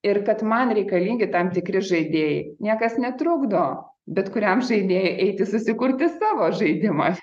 ir kad man reikalingi tam tikri žaidėjai niekas netrukdo bet kuriam žaidėjui eiti susikurti savo žaidimą